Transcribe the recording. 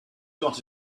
got